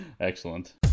Excellent